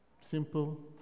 simple